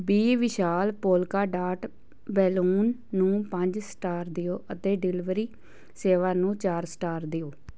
B Vishal polka dot balloon ਨੂੰ ਪੰਜ star ਦਿਓ ਅਤੇ ਡਿਲੀਵਰੀ ਸੇਵਾ ਨੂੰ ਚਾਰ ਸਟਾਰ ਦਿਓ